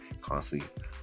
constantly